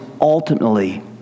ultimately